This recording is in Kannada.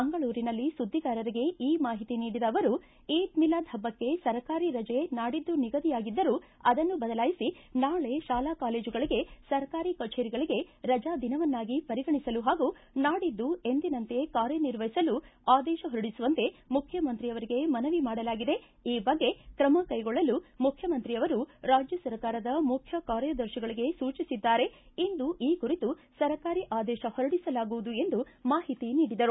ಮಂಗಳೂರಿನಲ್ಲಿ ಸುದ್ದಿಗಾರರಿಗೆ ಈ ಮಾಹಿತಿ ನೀಡಿದಅವರು ಈದ್ ಮಿಲಾದ್ ಹಬ್ಬಕ್ಕೆ ಸರ್ಕಾರಿ ರಜೆ ನಾಡಿದ್ದು ನಿಗದಿಯಾಗಿದ್ದರೂ ಅದನ್ನು ಬದಲಾಯಿಸಿ ನಾಳೆ ಶಾಲಾ ಕಾಲೇಜುಗಳಿಗೆ ಸರ್ಕಾರಿ ಕಚೇರಿಗಳಿಗೆ ರಜಾ ದಿನವನ್ನಾಗಿ ಪರಿಗಣಿಸಲು ಪಾಗೂ ನಾಡಿದ್ದು ಎಂದಿನಂತೆ ಕಾರ್ಯನಿರ್ವಹಿಸಲು ಆದೇಶ ಹೊರಡಿಸುವಂತೆ ಮುಖ್ಯಮಂತ್ರಿಯವರಿಗೆ ಮನವಿ ಮಾಡಲಾಗಿದೆ ಈ ಬಗ್ಗೆ ತ್ರಮ ಕೈಗೊಳ್ಳಲು ಮುಖ್ಯಮಂತ್ರಿಯವರು ರಾಜ್ಯ ಸರ್ಕಾರದ ಮುಖ್ಯ ಕಾರ್ಯದರ್ಶಿಗಳಿಗೆ ಸೂಚಿಸಿದ್ದಾರೆ ಇಂದು ಈ ಕುರಿತು ಸರ್ಕಾರಿ ಆದೇಶ ಹೊರಡಿಸಲಾಗುವುದು ಎಂದು ಮಾಹಿತಿ ನೀಡಿದರು